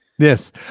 Yes